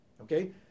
okay